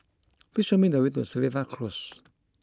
please show me the way to Seletar Close